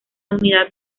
unidad